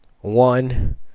one